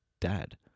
dad